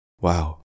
Wow